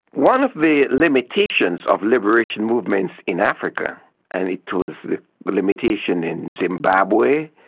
one of the limitations of liberation movements in africa and it was a limitation in zimbabwe,